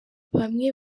bamwe